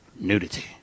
Nudity